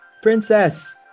Princess